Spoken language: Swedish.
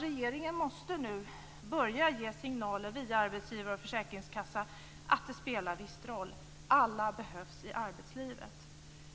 Regeringen måste nu börja ge signaler via arbetsgivare och försäkringskassan om att det visst spelar roll. Alla behövs i arbetslivet.